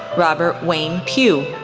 robert wayne peugh,